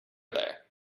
there